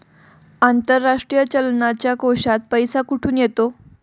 आंतरराष्ट्रीय चलनाच्या कोशात पैसा कुठून येतो?